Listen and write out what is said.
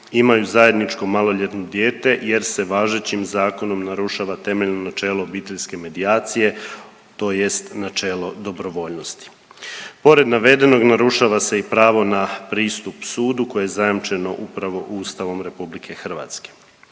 imaju zajedničko maloljetno dijete jer se važećim zakonom narušava temeljeno načelo obiteljske medijacije, tj. načelo dobrovoljnosti. Pored navedenog narušava se i pravo na pristup sudu koje je zajamčeno upravo Ustavom RH.